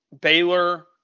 Baylor